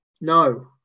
No